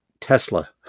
Tesla